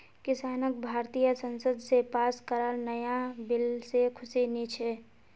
किसानक भारतीय संसद स पास कराल नाया बिल से खुशी नी छे